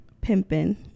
pimping